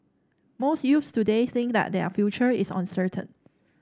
most youths today think that their future is uncertain